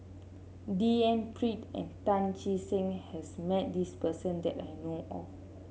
D N Pritt and Tan Che Sang has met this person that I know of